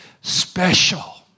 special